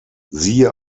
siehe